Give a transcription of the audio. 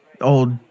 old